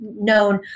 known